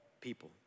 people